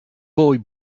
boy